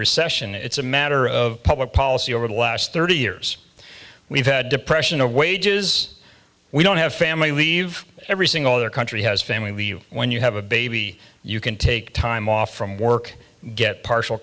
recession it's a matter of public policy over the last thirty years we've had depression of wages we don't have family leave every single other country has family leave when you have a baby you can take time off from work get partial